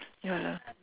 ya lah